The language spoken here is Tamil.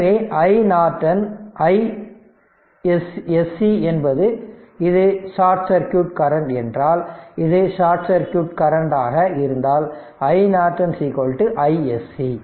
எனவே iNorton iSC என்பது இது ஷார்ட் சர்க்யூட் என்றால் இது ஷார்ட் சர்க்யூட் கரண்ட் ஆக இருந்தால் iNorton iSC